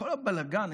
הבלגן,